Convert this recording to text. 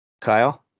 Kyle